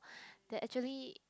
that actually